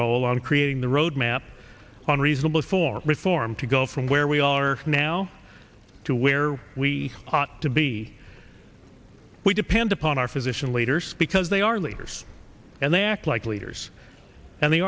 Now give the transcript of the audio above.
role on creating the roadmap on reasonable for reform to go from where we are now to where we ought to be we depend upon our physician leaders because they are leaders and they act like leaders and they